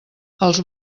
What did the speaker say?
els